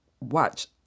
watch